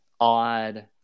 odd